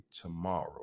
tomorrow